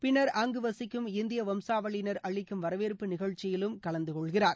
பின்னர் அங்கு வசிக்கம் இந்திய வம்சாவளியினர் அளிக்கும் வரவேற்பு நிகழ்ச்சியிலும் கலந்தகொள்கிறார்